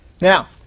Now